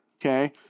okay